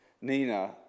Nina